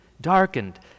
darkened